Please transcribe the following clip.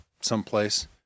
someplace